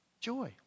joy